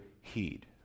heed